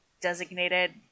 designated